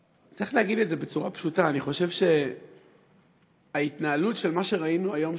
צריך להגיד את זה בצורה פשוטה: אני חושב שההתנהלות של מה שראינו היום,